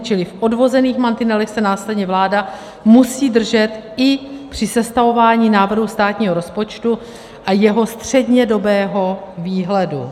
Čili v odvozených mantinelech se následně vláda musí držet i při sestavování návrhu státního rozpočtu a jeho střednědobého výhledu.